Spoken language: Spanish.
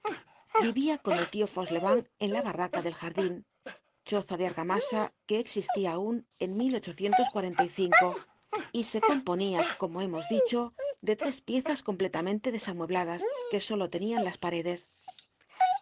vivia con el tio fauchelevent en la barraca del jardin choza de argamasa que existia aun en y se componía como hemos dicho de tres piezas completamente desamuebladas que solo tenían las paredes